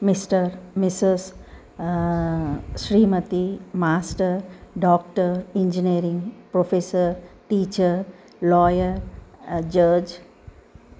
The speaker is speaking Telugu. mister missus Shrimati master doctor engineering professor teacher lawyer జజ్